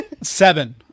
Seven